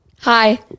hi